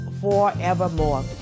forevermore